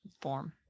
form